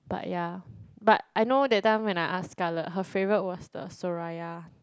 but ya but I know that time when I ask Scarlet her favourite was the Soraya